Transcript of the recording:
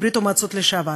מברית-המועצות לשעבר.